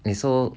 eh so